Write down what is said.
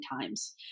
times